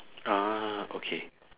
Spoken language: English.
ah okay